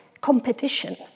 competition